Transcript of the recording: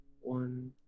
One